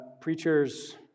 preachers